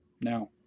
now